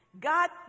God